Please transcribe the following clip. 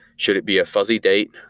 should it be a fuzzy date?